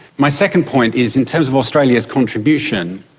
my second point is in terms of australia's contribution,